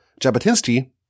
Jabotinsky